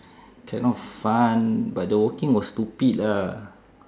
kind of fun but the walking was stupid lah